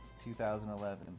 2011